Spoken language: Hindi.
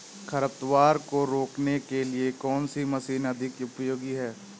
खरपतवार को रोकने के लिए कौन सी मशीन अधिक उपयोगी है?